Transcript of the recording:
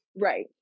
Right